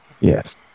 Yes